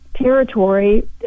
territory